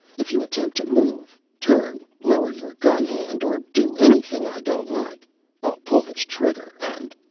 if you attempt to move, turn, lower your gun hand or do anything i don't like i'll pull this trigger and.